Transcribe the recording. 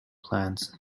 plans